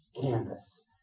canvas